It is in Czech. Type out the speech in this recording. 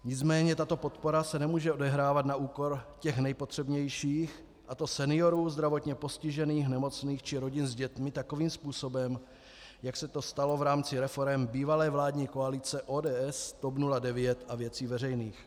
Nicméně tato podpora se nemůže odehrávat na úkor těch nejpotřebnějších, a to seniorů, zdravotně postižených, nemocných či rodin s dětmi, takovým způsobem, jak se to stalo v rámci reforem bývalé vládní koalice ODS, TOP 09 a Věcí veřejných.